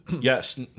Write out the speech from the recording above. Yes